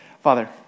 Father